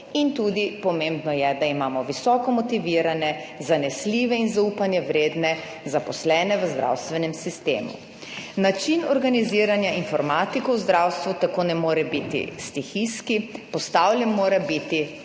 In tudi pomembno je, da imamo visoko motivirane, zanesljive in zaupanja vredne zaposlene v zdravstvenem sistemu. Način organiziranja informatiko v zdravstvu tako ne more biti stihijski, postavljen mora biti